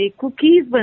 cookies